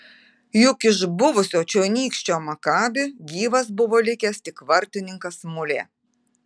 juk iš buvusio čionykščio makabi gyvas buvo likęs tik vartininkas mulė